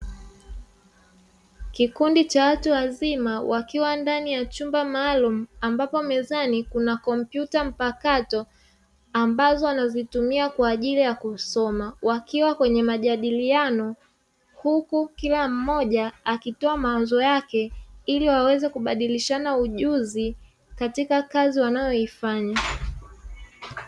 Kikundi cha watu wazima wakiwa ndani ya chumba maalumu ambapo mezani kuna kompyuta mpakato ambazo wanazitumia kwa ajili ya kusoma wakiwa kwenye majadiliano, huku kila mmoja akitoa mawazo yake ili waweze kubadilishana ujuzi katika kazi wanayoifanya.